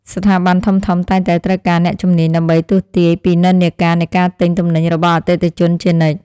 ស្ថាប័នធំៗតែងតែត្រូវការអ្នកជំនាញ ដើម្បីទស្សន៍ទាយពីនិន្នាការនៃការទិញទំនិញរបស់អតិថិជនជានិច្ច។